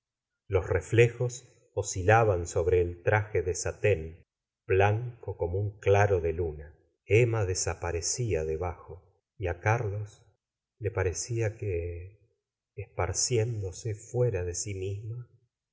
los reflejos oscilaba n sobre el traje de satén bla nco como un claro de luna emma desaparec a debajo y á carlos le parecía que esparcié ndose fuera de si misma